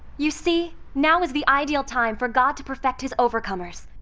you see, now is the ideal time for god to perfect his overcomers.